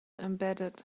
embedded